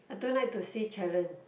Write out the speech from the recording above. I don't like to see challenge